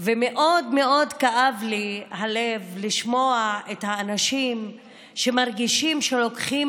ומאוד כאב לי הלב לשמוע את האנשים שמרגישים שלוקחים